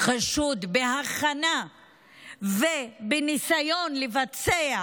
חשוד בהכנה ובניסיון לבצע